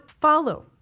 follow